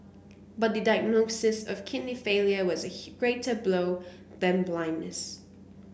but the diagnosis of kidney failure was a greater blow than blindness